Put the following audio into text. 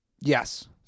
Yes